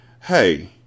Hey